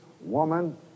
woman